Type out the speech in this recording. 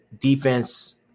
defense